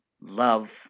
love